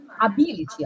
ability